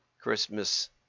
Christmas